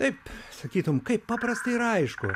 taip sakytum kaip paprasta ir aišku